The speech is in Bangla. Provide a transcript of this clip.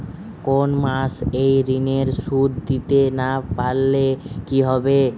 কোন মাস এ ঋণের সুধ দিতে না পারলে কি হবে?